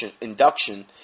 induction